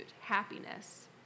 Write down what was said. happiness